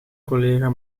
collega